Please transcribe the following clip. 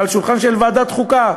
ועל שולחנה של ועדת החוקה,